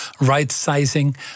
right-sizing